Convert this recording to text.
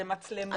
זה מצלמות.